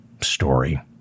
story